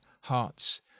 hearts